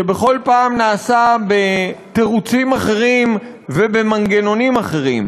שבכל פעם נעשה בתירוצים אחרים ובמנגנונים אחרים,